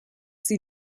sie